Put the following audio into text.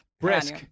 brisk